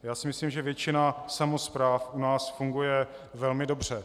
Já si myslím, že většina samospráv u nás funguje velmi dobře.